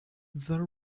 the